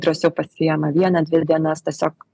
drąsiau pasiima vieną dvi dienas tiesiog